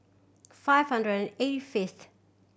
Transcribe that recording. five hundred eight fifth